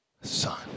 Son